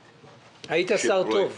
היית שר טוב.